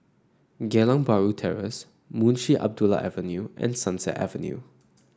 Geylang Bahru Terrace Munshi Abdullah Avenue and Sunset Avenue